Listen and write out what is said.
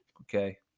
okay